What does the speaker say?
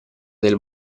del